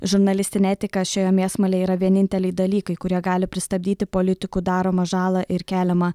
žurnalistinė etika šioje mėsmalėje yra vieninteliai dalykai kurie gali pristabdyti politikų daromą žalą ir keliamą